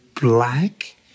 Black